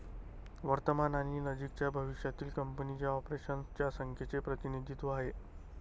वर्तमान आणि नजीकच्या भविष्यातील कंपनीच्या ऑपरेशन्स च्या संख्येचे प्रतिनिधित्व आहे